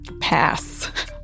pass